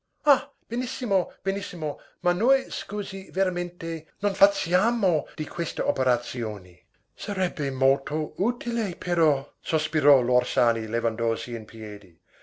ah benissimo benissimo ma noi scusi veramente non fazziamo di queste operazioni sarebbe molto utile però sospirò l'orsani levandosi in piedi